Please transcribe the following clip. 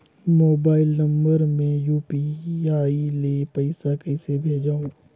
Mobile number मे UPI ले पइसा कइसे भेजवं?